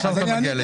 ישר אתה מגיע לעסקה.